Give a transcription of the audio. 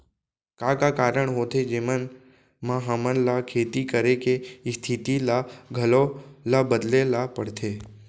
का का कारण होथे जेमन मा हमन ला खेती करे के स्तिथि ला घलो ला बदले ला पड़थे?